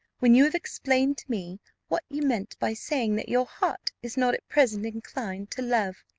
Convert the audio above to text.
when you have explained to me what you meant by saying that your heart is not at present inclined to love.